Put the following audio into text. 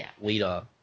leader